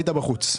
היית בחוץ.